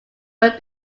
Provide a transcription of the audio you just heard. but